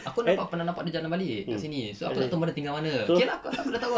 aku nampak pernah nampak dia jalan balik kat sini so aku tak tahu dia tinggal mana okay lah aku dah tahu ah